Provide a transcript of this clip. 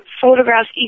photographs